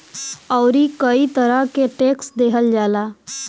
अउरी कई तरह के टेक्स देहल जाला